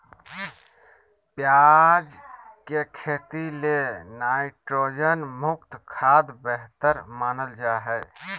प्याज के खेती ले नाइट्रोजन युक्त खाद्य बेहतर मानल जा हय